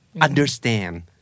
understand